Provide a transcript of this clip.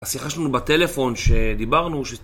השיחה שלנו בטלפון שדיברנו